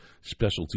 Specialty